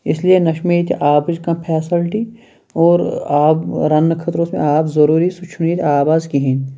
اِسلیے نہ چھِ مےٚ ییٚتہِ آبٕچ کانٛہہ فیسلٹی اور آب رَنہٕ خٲطرٕ اوس مےٚ آب ضروٗری سُہ چھُنہٕ مےٚ آب اَز کِہیٖنۍ